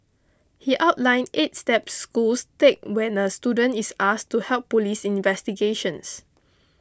he outlined eight steps schools take when a student is asked to help police investigations